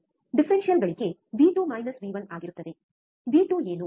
differential ಗಳಿಕೆ ವಿ2 ವಿ1 ಆಗಿರುತ್ತದೆ ವಿ2 ಏನು